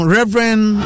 Reverend